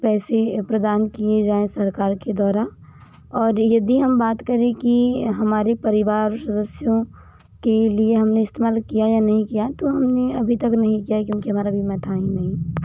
पैसे प्रदान किए जाएं सरकार के द्वारा और यदि हम बात करें की हमारे परिवार सदस्यों के लिए हमने इस्तेमाल किया या नहीं किया तो हमने अभी तक नहीं किया क्योंकि हमारा बीमा था ही नहीं